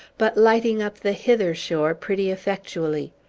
but lighting up the hither shore pretty effectually.